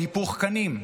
של היפוך קנים?